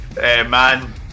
man